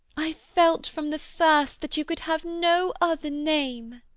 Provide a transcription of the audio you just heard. i felt from the first that you could have no other name!